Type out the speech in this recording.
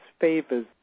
favors